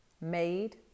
made